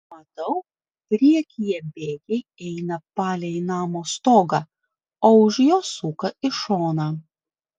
matau priekyje bėgiai eina palei namo stogą o už jo suka į šoną